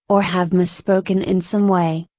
or have misspoken in some way,